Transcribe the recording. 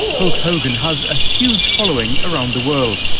hulk hogan has a huge following around the world.